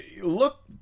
look